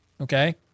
okay